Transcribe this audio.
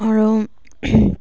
আৰু